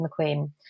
McQueen